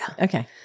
Okay